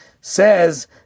says